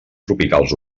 tropicals